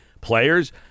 players